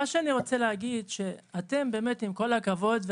עם כל הכבוד,